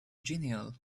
genial